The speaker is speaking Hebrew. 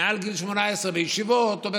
מעל גיל 18 בישיבות או בכוללים,